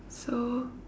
so